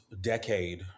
decade